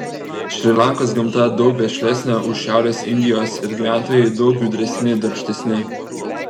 šri lankos gamta daug vešlesnė už šiaurės indijos ir gyventojai daug judresni darbštesni